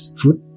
food